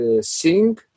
sing